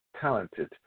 Talented